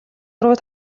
руу